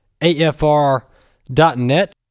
AFR.net